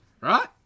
Right